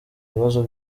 bibazo